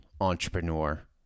entrepreneur